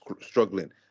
struggling